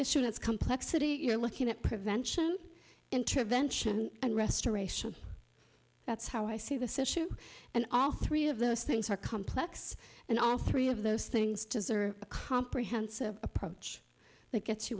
that's complexity you're looking at prevention intervention and restoration that's how i see this issue and all three of those things are complex and all three of those things deserve a comprehensive approach that gets you